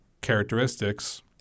characteristics